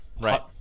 right